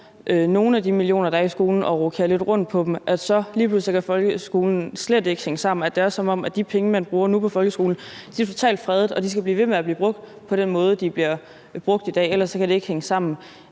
nogle af de millioner, der er i skolen, og rokerer lidt rundt på dem, så kan folkeskolen lige pludselig slet ikke hænge sammen. Det er, som om de penge, man bruger nu på folkeskolen, er totalt fredede og skal blive ved med at blive brugt på den måde, de bliver brugt på i dag, ellers kan det ikke hænge sammen.